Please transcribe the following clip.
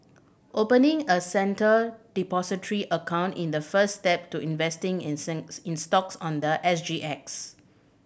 opening a Centre Depository account is the first step to investing in in stocks on the S G X